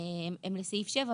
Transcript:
הן לסעיף 7,